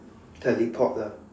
teleport lah